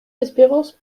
espérance